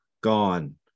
gone